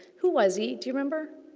who was he? do you remember?